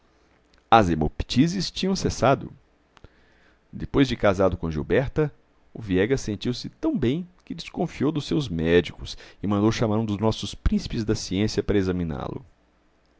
as hemoptises tinham cessado depois de casado com gilberta o viegas sentiu-se tão bem que desconfiou dos seus médicos e mandou chamar um dos nossos príncipes da ciência para examiná-lo